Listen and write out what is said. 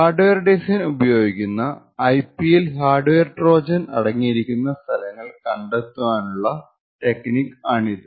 hard wear design ഉപയോഗിക്കുന്ന IP ൽ hardware trojan അടങ്ങിയിരിക്കുന്ന സ്ഥലങ്ങൾ കണ്ടെത്താനുള്ള ടെക്നിക്ക് ആണിത്